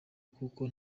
kuko